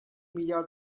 milyar